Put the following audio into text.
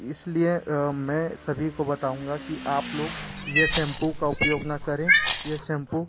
इसलिए मैं सभी को बताऊँगा कि आप लोग यह सैम्पू का उपयोग ना करें यह सैम्पू